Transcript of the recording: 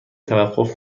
توقف